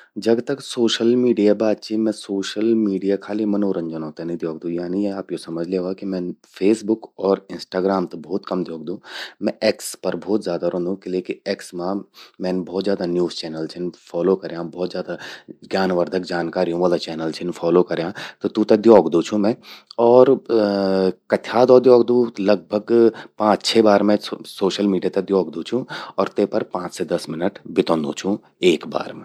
जख तक सोशल मीडिये बात चि, मैं सोशल मीडिया खालि मनोरंजनो ते नि द्योखदूं। यानी आप यो समझ ल्यवा कि मैं फेसबुक अर इंस्टाग्राम त भौत कम द्योखदूं। मैं एक्स पर भौत ज्यादा रौंदू. किले कि एक्स मां मैन भौत ज्यादा न्यूज चैनल छिन फॉलो कर्यां। भौत ज्यादा ज्ञानवर्धन जानकारी वला चैनल छिन फॉलो कर्यां। त तूंते द्योखदूं छूं मैं और कथ्या दो द्योखदू, लगभग पाच छह बार मैं सोशल मीडिया ते द्योखदू छूं। अर ते पर पांच से दस मिनट बितौंदू छूं एक बार मां।